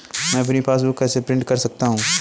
मैं अपनी पासबुक कैसे प्रिंट कर सकता हूँ?